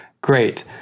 great